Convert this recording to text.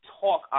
talk